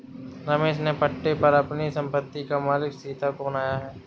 रमेश ने पट्टे पर अपनी संपत्ति का मालिक सीता को बनाया है